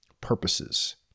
purposes